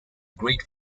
great